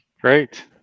Great